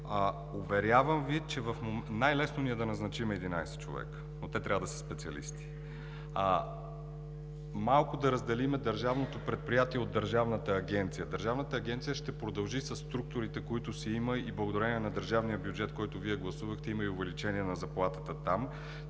празници! Най-лесно ни е да назначим 11 човека, но те трябва да са специалисти – малко да разделим държавното предприятие от Държавната агенция. Държавната агенция ще продължи със структурите, които има и благодарение на държавния бюджет, който Вие гласувахте, има и увеличение на заплатата там.